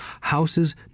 houses